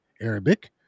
Arabic